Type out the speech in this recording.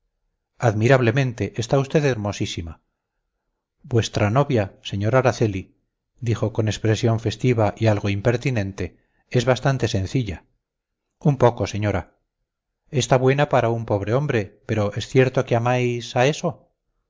bien admirablemente está usted hermosísima vuestra novia sr araceli dijo con expresión festiva y algo impertinente es bastante sencilla un poco señora está buena para un pobre hombre pero es cierto que amáis a eso